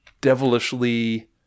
devilishly